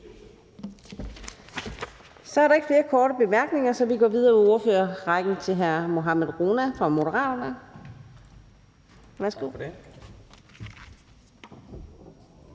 Der er ikke flere korte bemærkninger, så vi går videre i ordførerrækken til hr. Mohammad Rona fra Moderaterne.